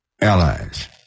allies